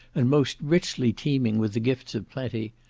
and most richly teeming with the gifts of plenty,